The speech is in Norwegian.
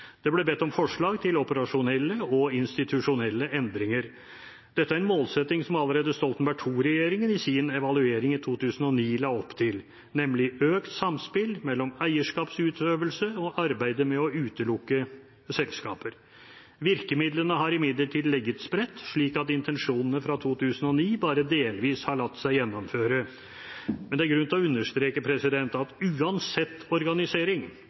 Det ble bedt om forslag til operasjonelle og institusjonelle endringer. Dette er en målsetting som allerede Stoltenberg II-regjeringen i sin evaluering i 2009 la opp til, nemlig økt samspill mellom eierskapsutøvelse og arbeidet med å utelukke selskaper. Virkemidlene har imidlertid ligget spredt, slik at intensjonene fra 2009 bare delvis har latt seg gjennomføre. Men det er grunn til å understreke at uansett organisering,